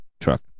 truck